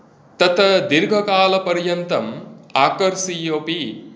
तत्त दीर्घकालपर्यन्तम् आकर्सीयोपि